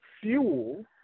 fuel